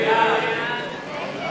השירות לילד ונוער חוץ),